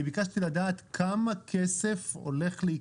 ביקשתי לדעת כמה כסף הולך להיכנס.